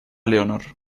leonor